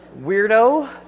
weirdo